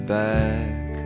back